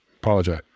Apologize